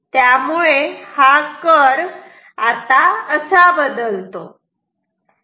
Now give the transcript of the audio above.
त्यामुळे हा कर्व असा बदलतो